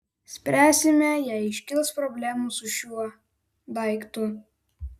spręsime jei iškils problemų su šiuo daiktu